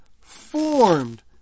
formed